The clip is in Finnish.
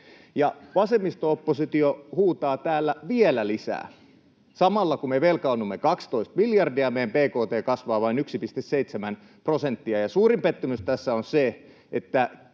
vasemmisto-oppositio huutaa täällä vielä lisää. Samalla kun me velkaannumme 12 miljardia, meidän bkt kasvaa vain 1,7 prosenttia. Suurin pettymys tässä on se, että